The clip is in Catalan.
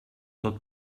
tot